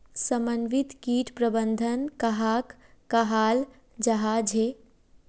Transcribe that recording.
समन्वित किट प्रबंधन कहाक कहाल जाहा झे?